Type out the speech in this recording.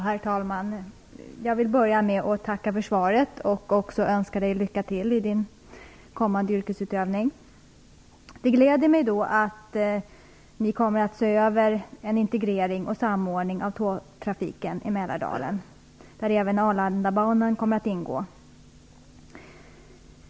Herr talman! Jag vill börja med att tacka för svaret och också önska Ines Uusmann lycka till i sin kommande yrkesutövning. Det gläder mig att regeringen kommer att se över en integrering och samordning av tågtrafiken i Mälardalen, där även Arlandabanan kommer att ingå.